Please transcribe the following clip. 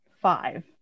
Five